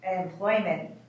Employment